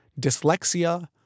dyslexia